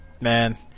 man